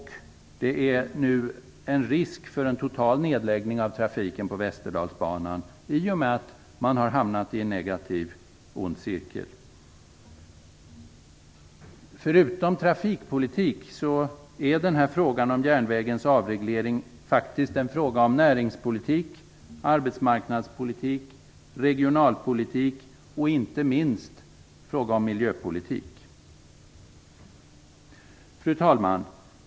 Det är en risk för en total nedläggning av trafiken på Västerdalsbanan i och med att man har hamnat i en ond cirkel. Förutom trafikpolitik handlar frågan om järnvägens avreglering faktiskt om näringspolitik, arbetsmarknadspolitik, regionalpolitik och inte minst miljöpolitik. Fru talman!